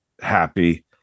happy